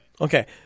Okay